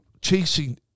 chasing